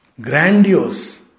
Grandiose